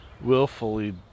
willfully